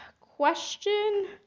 question